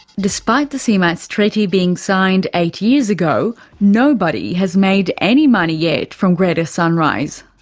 despite the cmats treaty being signed eight years ago, nobody has made any money yet from greater sunrise.